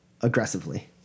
aggressively